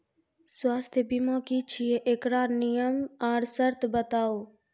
स्वास्थ्य बीमा की छियै? एकरऽ नियम आर सर्त बताऊ?